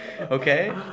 Okay